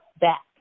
back